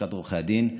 לשכת עורכי הדין.